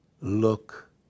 look